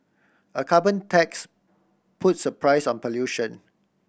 a carbon tax puts a price on pollution